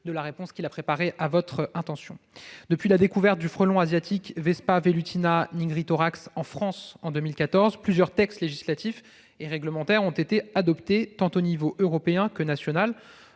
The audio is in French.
de la réponse qu'il a préparée à votre intention. Depuis la découverte du frelon asiatique- -en France en 2004, plusieurs textes législatifs et réglementaires ont été adoptés, au niveau tant européen que national,